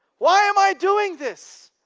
why am i doing this?